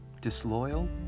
disloyal